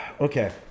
okay